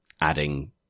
adding